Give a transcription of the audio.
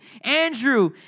Andrew